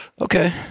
okay